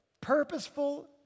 purposeful